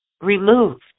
removed